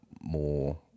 more